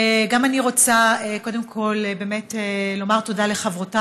גם אני רוצה קודם כול באמת לומר תודה לחברותיי